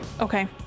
Okay